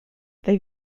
they